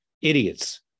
idiots